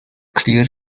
clear